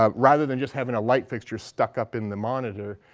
um rather than just having a light fixture stuck up in the monitor,